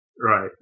Right